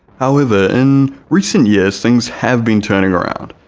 however in recent years things have been turning around,